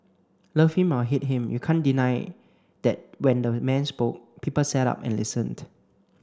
love him or hate him you can't deny that when the man spoke people sat up and listened